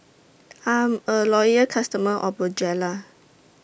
I'm A Loyal customer of Bonjela